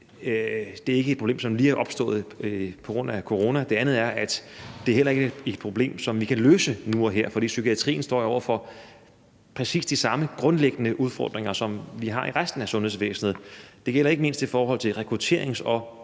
at det ikke er et problem, som lige er opstået på grund af corona. Noget andet er, at det heller ikke er et problem, som vi kan løse nu og her, for psykiatrien står jo over for præcis de samme grundlæggende udfordringer, som vi har i resten af sundhedsvæsenet. Det gælder ikke mindst i forhold til rekrutterings- og